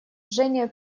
женя